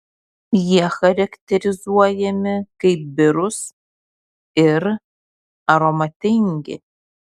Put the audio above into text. jie charakterizuojami kaip birūs ir aromatingi